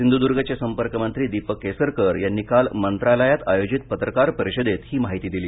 सिंधुद्र्णचे संपर्क मंत्री दीपक केसरकर यांनी काल मंत्रालयात आयोजित पत्रकार परिषदेत ही माहिती दिली